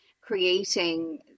creating